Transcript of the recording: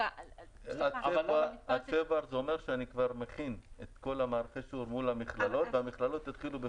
מכיוון שרק בינואר 2022 אני אתחיל את